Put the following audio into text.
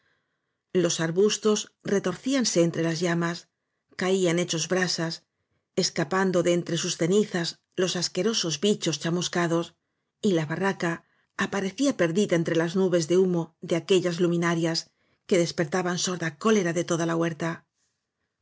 los arbustos retorcíanse entre las llamas caían hechos brasas escapando de entre sus cenizas los asquerosos bichos chamuscados y la barraca aparecía perdida entre las nubes de humo ele aquellas luminarias que desper taban sorda cólera en toda la huerta